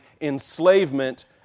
enslavement